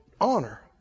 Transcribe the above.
honor